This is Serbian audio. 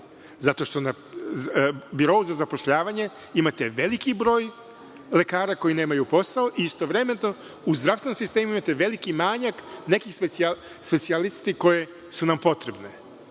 Zato što na Birou za zapošljavanje imate veliki broj lekara koji nemaju posao i istovremeno u zdravstvenom sistemu imate veliki manjak nekih specijalista koji su nam potrebni,